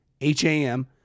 H-A-M